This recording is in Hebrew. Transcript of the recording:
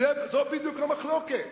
זאת בדיוק המחלוקת.